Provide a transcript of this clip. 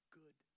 good